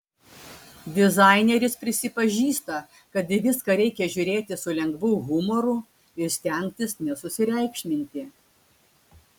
dizaineris prisipažįsta kad į viską reikia žiūrėti su lengvu humoru ir stengtis nesusireikšminti